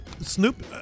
Snoop